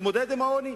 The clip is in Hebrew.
להתמודד עם העוני,